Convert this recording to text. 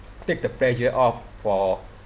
take the pressure off for